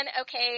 okay